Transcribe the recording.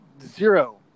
zero